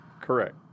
Correct